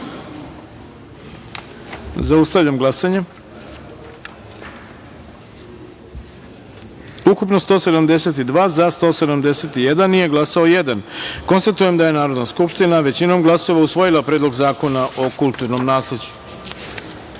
taster. Zaustavljam glasanje: Ukupno - 172, za – 171, nije glasao jedan. Konstatujem da je Narodna skupština većinom glasova usvojila Predlog zakona o kulturnom